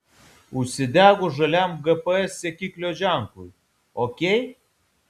užsidegus žaliam gps sekiklio ženklui ok